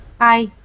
hi